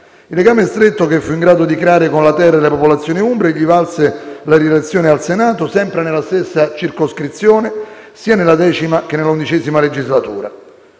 Il legame stretto che fu in grado di creare con la terra e le popolazioni umbre gli valse la rielezione al Senato, sempre nella stessa circoscrizione, sia nella X che nella XI legislatura.